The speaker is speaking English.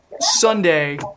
Sunday –